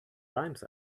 rhymes